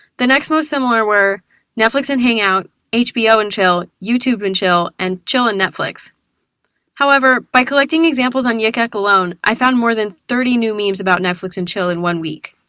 the next most similar were netflix and hangout hbo and chill youtube and chill and chill and netflix however, by collecting examples on yikyak alone, i found more than thirty new memes about netflix and chill in one week.